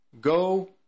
go